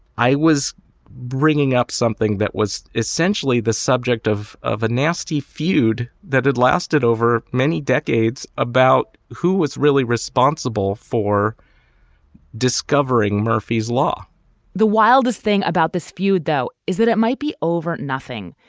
i was bringing up something that was essentially the subject of of a nasty feud that had lasted over many decades about who was really responsible for discovering murphy's law the wildest thing about this feud, though, is that it might be over nothing,